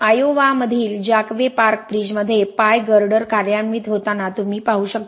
Iowa मधील जॅकवे park ब्रिजमध्ये पाय गर्डर कार्यान्वित होताना तुम्ही पाहू शकता